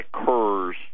occurs